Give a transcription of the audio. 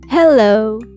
Hello